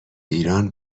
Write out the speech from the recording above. ایران